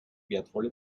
wertvolle